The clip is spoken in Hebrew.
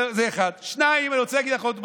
זה, 1, 2. אני רוצה להגיד לך עוד משהו.